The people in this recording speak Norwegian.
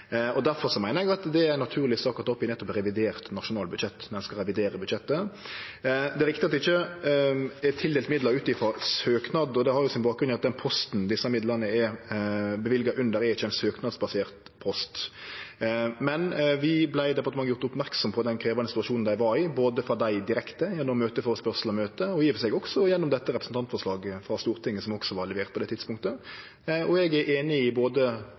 meiner eg at det er ei naturleg sak å ta opp i nettopp revidert nasjonalbudsjett, når ein skal revidere budsjettet. Det er riktig at det ikkje er tildelt midlar ut frå søknad, og det har bakgrunn i at den posten desse midlane er løyvde under, ikkje er ein søknadsbasert post. Men vi vart i departementet gjorde merksame på den krevjande situasjonen dei var i, både frå dei direkte gjennom møteførespurnader og i møte og i og for seg også gjennom dette representantforslaget frå Stortinget som også var levert på det tidspunktet. Og eg er einig med både